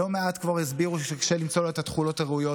לא מעט כבר הסבירו שקשה למצוא לו את התכולות הראויות,